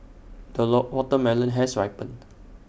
the watermelon has ripened